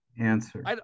answer